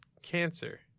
cancer